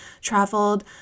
traveled